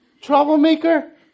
Troublemaker